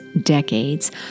decades